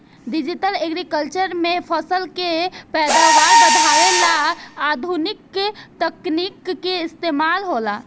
digital agriculture में फसल के पैदावार बढ़ावे ला आधुनिक तकनीक के इस्तमाल होला